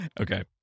Okay